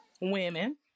Women